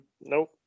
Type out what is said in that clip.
Nope